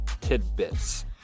tidbits